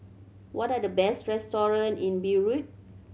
what are the best restaurant in Beirut